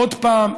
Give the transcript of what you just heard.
עוד פעם.